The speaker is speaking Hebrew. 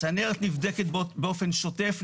צנרת נבדקת באופן שוטף,